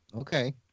Okay